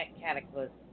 Cataclysm